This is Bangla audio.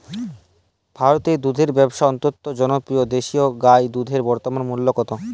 ভারতে দুধের ব্যাবসা অত্যন্ত জনপ্রিয় দেশি গাই দুধের বর্তমান মূল্য কত?